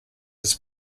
his